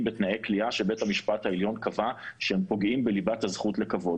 בתנאי כליאה שבית המשפט העליון קבע שהם פוגעים בליבת הזכות לכבוד.